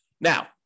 now